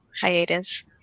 hiatus